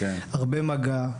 עם הרבה מגע.